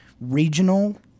regional